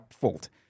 fault